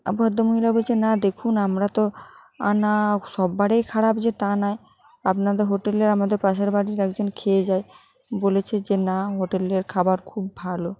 আর ভদ্রমহিলা বলছে না দেখুন আমরা তো আনা সব বারেই যে খারাপ তা নয় আপনাদের হোটেলের আমাদের পাশের বাড়ির একজন খেয়ে যায় বলেছে যে না হোটেলের খাবার খুব ভালো